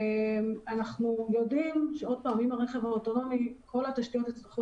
אנחנו יודעים שעם הרכב האוטונומי כל התשתיות יצטרכו